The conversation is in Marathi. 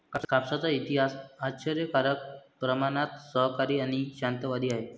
कापसाचा इतिहास आश्चर्यकारक प्रमाणात सहकारी आणि शांततावादी आहे